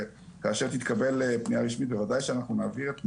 כאשר תתקבל פנייה רשמית בוודאי שאנחנו נעביר.